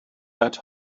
that